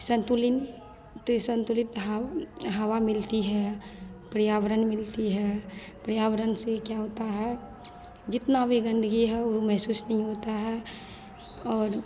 संतुलिन ते संतुलित भाव हवा मिलती है पर्यावरण मिलती है पर्यावरण से क्या होता है जितना भी गंदगी है वह महसुस नहीं होता है और